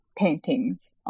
paintings